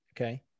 Okay